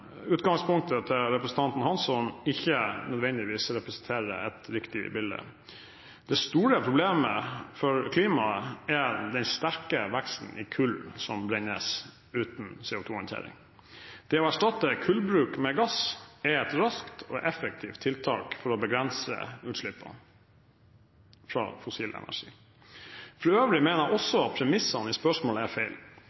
utgangspunktet til representanten Hansson ikke nødvendigvis representerer et riktig bilde. Det store problemet for klimaet er den sterke veksten i kull som brennes uten CO2-håndtering. Det å erstatte kullbruk med gass er et raskt og effektivt tiltak for å begrense utslippene fra fossil energi. For øvrig mener jeg